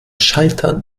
scheitern